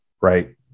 Right